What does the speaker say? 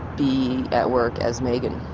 be at work as megan,